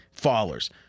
fallers